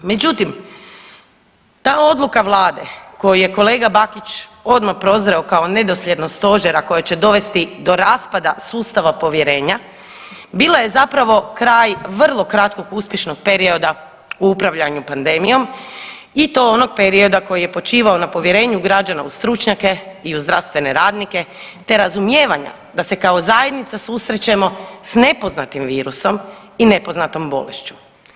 Međutim, ta odluka vlade koju je kolega Bakić odmah prozreo kao nedosljednost stožera koja će dovesti do raspada sustava povjerenja bila je zapravo kraj vrlo kratkog uspješnog perioda u upravljanju pandemijom i to onog perioda koji je počivao na povjerenju građana u stručnjake i u zdravstvene radnike, te razumijevanja da se kao zajednica susrećemo s nepoznatim virusom i nepoznatom bolešću.